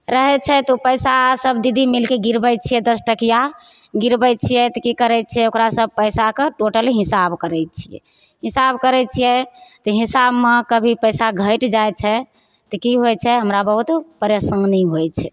रहै छै तऽ ओ पइसा सब दीदी मिलिके गिरबै छिए दस टकिआ गिरबै छिए तऽ कि करै छिए ओकरासब पइसाके टोटल हिसाब करै छिए हिसाब करै छिए तऽ हिसाबमे कभी पइसा घटि जाइ छै तऽ कि होइ छै हमरा बहुत परेशानी होइ छै